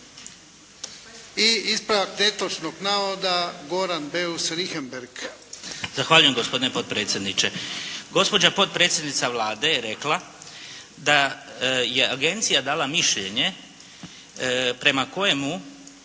Richembergh, Goran (HNS)** Zahvaljujem gospodine potpredsjedniče. Gospođa potpredsjednica Vlade je rekla da je agencija dala mišljenje prema kojemu